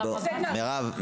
מירב,